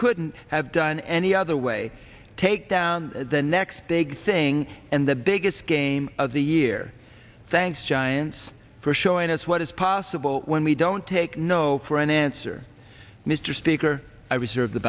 couldn't have done any other way take down the next big thing and the biggest game of the year thanks giants for showing us what is possible when we don't take no for an answer mr speaker i reserve the